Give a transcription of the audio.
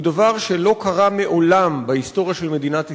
זה דבר שלא קרה מעולם בהיסטוריה של מדינת ישראל,